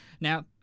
now